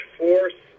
force